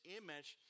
image